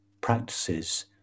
practices